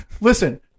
Listen